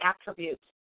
attributes